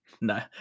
no